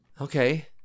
Okay